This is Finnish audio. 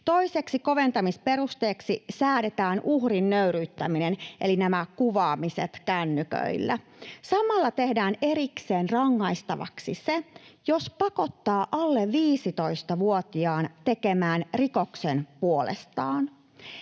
Toiseksi koventamisperusteeksi säädetään uhrin nöyryyttäminen, eli nämä kuvaamiset kännyköillä. Samalla tehdään erikseen rangaistavaksi se, jos pakottaa alle 15-vuotiaan tekemään rikoksen puolestaan.